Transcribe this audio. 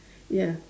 ya